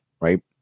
right